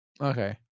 Okay